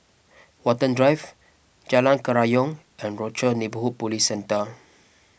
Watten Drive Jalan Kerayong and Rochor Neighborhood Police Centre